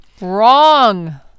wrong